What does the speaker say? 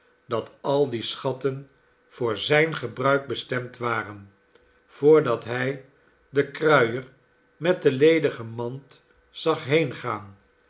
dat al die schatten voor zijn gebruik bestemd waren voordat hij den kruier met de ledige mand zag heengaan